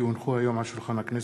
כי הונחו היום על שולחן הכנסת,